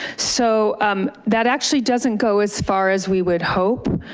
so that actually doesn't go as far as we would hope.